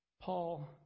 Paul